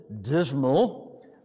dismal